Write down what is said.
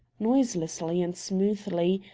noiselessly, and smoothly,